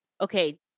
Okay